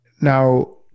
Now